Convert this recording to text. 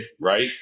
right